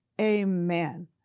Amen